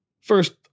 First